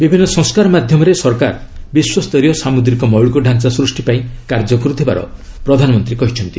ବିଭିନ୍ନ ସଂସ୍କାର ମାଧ୍ୟମରେ ସରକାର ବିଶ୍ୱସ୍ତରୀୟ ସାମୁଦ୍ରିକ ମୌଳିକ ଢାଞ୍ଚା ସୃଷ୍ଟି ପାଇଁ କାର୍ଯ୍ୟ କରୁଥିବାର ପ୍ରଧାନମନ୍ତ୍ରୀ କହିଛନ୍ତି